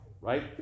right